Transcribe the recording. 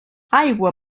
aigua